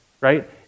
right